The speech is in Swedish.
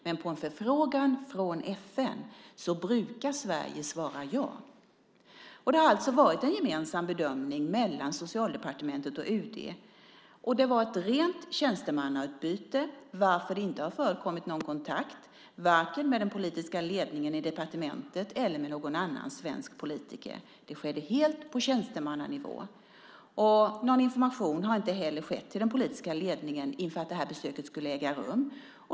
Men på en förfrågan från FN brukar Sverige svara ja. Det har alltså varit en gemensam bedömning mellan Socialdepartementet och UD. Det var ett rent tjänstemannautbyte, varför det inte har förekommit någon kontakt vare sig med den politiska ledningen i departementet eller med någon annan svensk politiker. Det skedde helt på tjänstemannanivå. Någon information har inte heller skett till den politiska ledningen inför att besöket skulle äga rum.